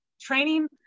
training